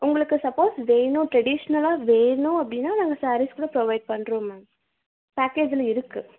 உங்களுக்கு சப்போஸ் வேணும் ட்ரெடிஸ்னல்லாக வேணும் அப்படின்னா நாங்கள் ஸேரீஸ் கூட ப்ரொவைட் பண்ணுறோம் மேம் பேக்கேஜில் இருக்குது